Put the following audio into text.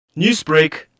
Newsbreak